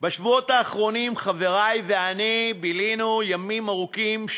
בשבועות האחרונים חברי ואני בילינו ימים ארוכים,